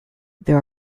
there